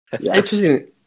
interesting